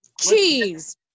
cheese